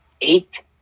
Eight